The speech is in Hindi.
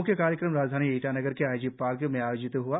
म्ख्य कार्यक्रम राजधानी ईटानगर के आईजी पार्क में आयोजित हआ